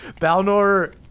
Balnor